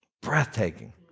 Breathtaking